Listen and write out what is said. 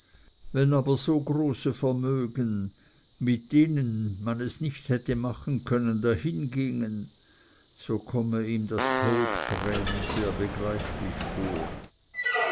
wenn aber so große vermögen mit denen man es nicht hätte machen können dahingingen so komme ihm das totgrämen sehr begreiflich vor